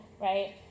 right